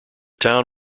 town